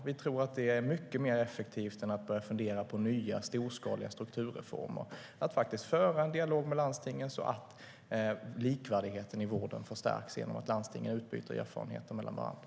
Vi tror att det är mycket mer effektivt än att börja fundera på nya och storskaliga strukturreformer, alltså att faktiskt föra en dialog med landstingen så att likvärdigheten i vården förstärks genom att landstingen utbyter erfarenheter med varandra.